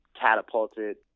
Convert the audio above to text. catapulted